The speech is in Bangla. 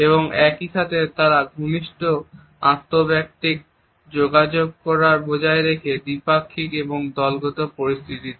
এবং একই সাথে তারা ঘনিষ্ঠ আন্তঃব্যক্তিক যোগাযোগও বজায় রাখে দ্বিপাক্ষিক এবং দলগত পরিস্থিতিতে